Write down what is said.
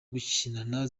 gukinana